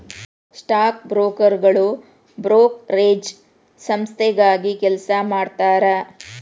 stock ಬ್ರೋಕರ್ಗಳು brokerage ಸಂಸ್ಥೆಗಾಗಿ ಕೆಲಸ ಮಾಡತಾರಾ